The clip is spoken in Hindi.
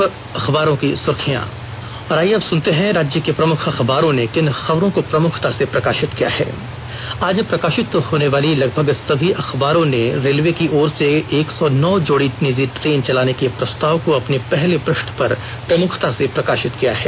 अब अखबारों की सुर्खियां और आईये अब सुनते हैं राज्य के प्रमुख अखबारों ने किन खबरों को प्रमुखता से प्रकाषित किया है आज प्रकाषित होने वाले लगभग सभी अखबारों ने रेलवे की ओर से एक सौ नौ जोड़ी निजी ट्रेन चलाने के प्रस्ताव को अपने पहले पृष्ठ पर प्रमुखता से प्रकाषित किया है